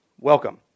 Welcome